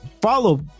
follow